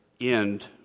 end